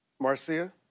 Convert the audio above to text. Marcia